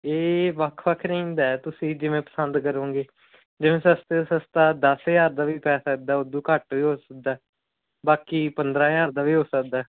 ਇਹ ਵੱਖ ਵੱਖ ਰੇਂਜ ਦਾ ਹੈ ਤੁਸੀਂ ਜਿਵੇਂ ਪਸੰਦ ਕਰੋਗੇ ਜਿਵੇਂ ਸਸਤੇ ਤੋਂ ਸਸਤਾ ਦਸ ਹਜ਼ਾਰ ਦਾ ਵੀ ਪੈ ਸਕਦਾ ਉਦੋਂ ਘੱਟ ਵੀ ਹੋ ਸਕਦਾ ਬਾਕੀ ਪੰਦਰ੍ਹਾਂ ਹਜ਼ਾਰ ਦਾ ਵੇ ਹੋ ਸਕਦਾ